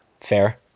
fair